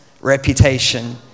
reputation